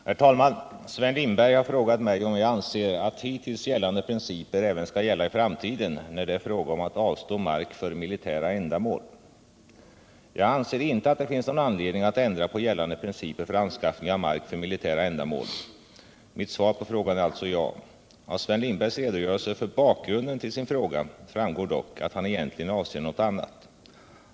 Herr talman! Sven Lindberg har frågat mig om jag anser att hittills gällande principer även skall gälla i framtiden när det är fråga om att avstå mark för militära ändamål. Jag anser inte att det finns någon anledning att ändra på gällande principer för anskaffning av mark för militära ändamål. Mitt svar på frågan är alltså ja. Av Sven Lindbergs redogörelse för bakgrunden till sin fråga framgår dock att han egentligen avser något annat.